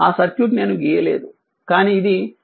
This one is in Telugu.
ఆ సర్క్యూట్ నేను గీయలేదు కానీ ఇది 0